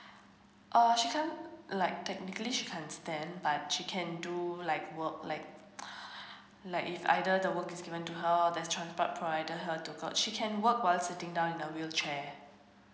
orh she can't like technically she can't stand but she can do like work like like if either the work is given to her there's transport provided her to got she can work while sitting down in a wheelchair